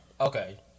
Okay